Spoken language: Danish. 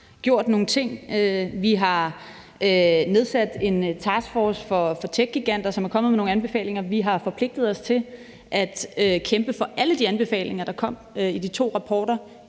Vi har nedsat en taskforce for techgiganter, som er kommet med nogle anbefalinger. Vi har forpligtet os til at kæmpe for alle de anbefalinger, der kom i de to rapporter